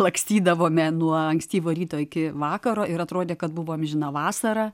lakstydavome nuo ankstyvo ryto iki vakaro ir atrodė kad buvo amžina vasara